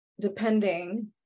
depending